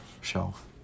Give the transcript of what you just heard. shelf